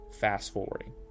fast-forwarding